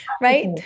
Right